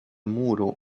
muro